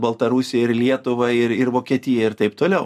baltarusiją ir lietuvą ir ir vokietiją ir taip toliau